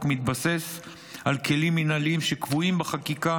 מתבסס על כלים מנהליים שקבועים בחקיקה